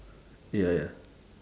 ya ya